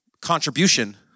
contribution